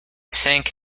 sank